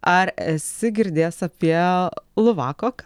ar esi girdėjęs apie luvakok